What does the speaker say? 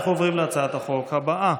אנחנו עוברים להצעת החוק הבאה,